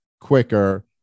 quicker